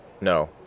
No